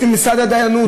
את ממסד הדיינות.